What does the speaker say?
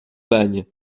bagne